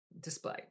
display